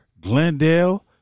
Glendale